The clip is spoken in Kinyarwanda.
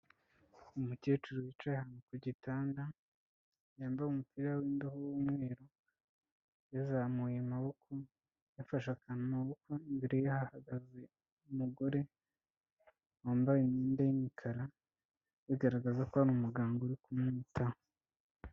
Umukecuru wicaye ahantu ku gitanda yambaye umupira w'imbeho w'umweru yazamuye amaboko, yafashe akantu mu maboko, imbere ye hagaze umugore wambaye imyenda y'imikara bigaragaza ko ari umuganga uri kumwitaho.